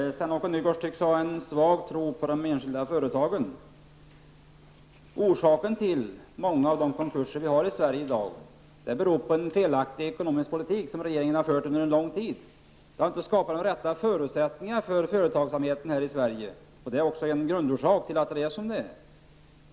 Herr talman! Sven-Åke Nygårds tycks ha en svag tro på det enskilda företagen. Orsaken till många av de konkurser som vi har i Sverige i dag beror på att regeringen under lång tid har fört en felaktig ekonomisk politik. De rätta förutsättningarna för företagssamheten här i Sverige har inte skapats. Det är en grundorsak till den nuvarande situationen.